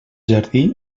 jardí